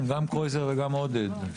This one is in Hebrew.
גם קרויזר וגם עודד בדרך.